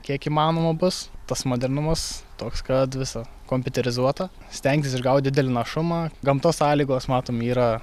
kiek įmanoma bus tas modernumas toks kad visa kompiuterizuota stengtis išgaut didelį našumą gamtos sąlygos matom yra